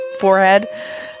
forehead